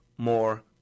more